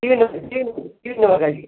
ಕಿವಿ ನೋವು ಕಿವಿ ನೋವು ಕಿವಿ ನೋವಿಗಾಗಿ